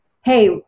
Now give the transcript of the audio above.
Hey